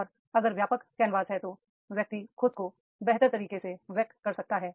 और अगर व्यापक कैनवास है तो व्यक्ति खुद को बेहतर तरीके से व्यक्त कर सकता है